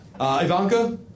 Ivanka